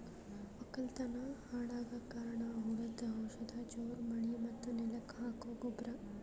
ವಕ್ಕಲತನ್ ಹಾಳಗಕ್ ಕಾರಣ್ ಹುಳದು ಔಷಧ ಜೋರ್ ಮಳಿ ಮತ್ತ್ ನೆಲಕ್ ಹಾಕೊ ಗೊಬ್ರ